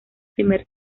primer